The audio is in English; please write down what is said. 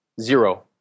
zero